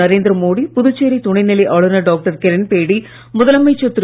நரேந்திரமோடி புதுச்சேரி துணைநிலை ஆளுநர் டாக்டர் கிரண்பேடி முதலமைச்சர் திரு